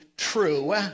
true